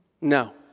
No